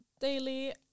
daily